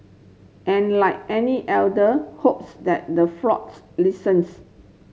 and like any elder hopes that the flocks listens